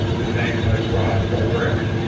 his name was ross ulbricht.